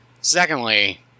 secondly